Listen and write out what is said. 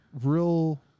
real